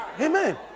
amen